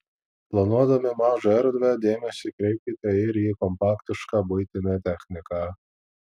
planuodami mažą erdvę dėmesį kreipkite ir į kompaktišką buitinę techniką